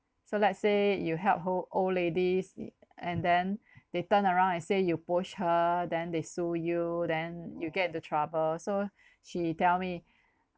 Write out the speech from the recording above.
so let's say you help old old ladies and then they turn around and say you push her then they sue you then you get into trouble so she tell me